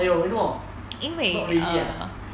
!aiyo! 为什么 not ready ah